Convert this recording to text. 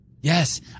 Yes